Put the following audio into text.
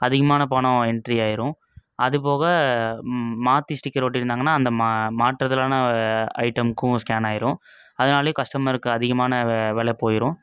அதிகமான பணம் என்ட்ரி ஆகிரும் அதுபோக மாற்றி ஸ்டிக்கர் ஒட்டியிருந்தாங்கன்னா அந்த மாட்றதுலான ஒரு ஐட்டமுக்கும் ஸ்கேன் ஆகிரும் அதனால் கஸ்டமருக்கு அதிகமான வெலை போய்ரும்